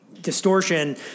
distortion